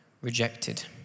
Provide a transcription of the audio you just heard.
rejected